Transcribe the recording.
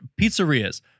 pizzerias